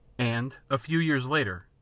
and, a few years later,